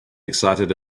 excited